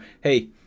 Hey